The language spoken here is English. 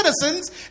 citizens